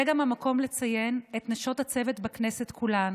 זה גם המקום לציין את הנשים בצוות כולן,